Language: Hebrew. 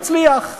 הצליח,